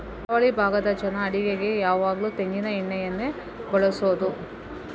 ಕರಾವಳಿ ಭಾಗದ ಜನ ಅಡಿಗೆಗೆ ಯಾವಾಗ್ಲೂ ತೆಂಗಿನ ಎಣ್ಣೆಯನ್ನೇ ಬಳಸುದು